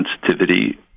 sensitivity